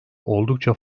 oldukça